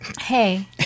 Hey